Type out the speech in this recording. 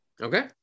okay